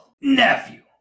nephew